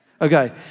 Okay